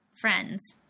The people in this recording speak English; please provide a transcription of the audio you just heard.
friends